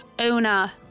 Una